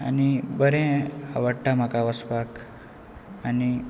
बरें आवडटा म्हाका वचपाक आनी